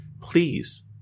Please